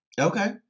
Okay